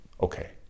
Okay